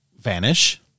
vanish